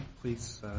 please